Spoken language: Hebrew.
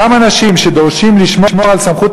אותם אנשים שדורשים לשמור על סמכות